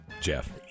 Jeff